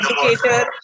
educator